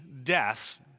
death